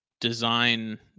design